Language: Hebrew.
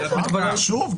לא רק שמדובר באירוע חריג,